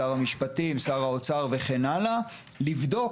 כדי לבדוק